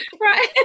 Right